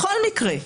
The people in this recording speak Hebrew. בכל מקרה,